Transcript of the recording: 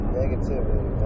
negativity